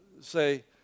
say